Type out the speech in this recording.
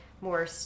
more